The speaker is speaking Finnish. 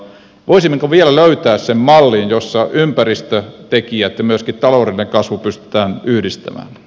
voisimmeko vielä löytää sen mallin jossa ympäristötekijät ja myöskin taloudellinen kasvu pystytään yhdistämään